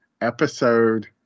Episode